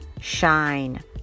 shine